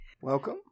welcome